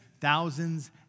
thousands